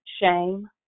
shame